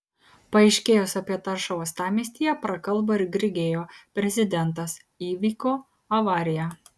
paaiškėjus apie taršą uostamiestyje prakalbo ir grigeo prezidentas įvyko avarija